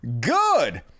Good